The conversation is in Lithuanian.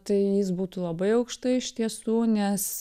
tai jis būtų labai aukštai iš tiesų nes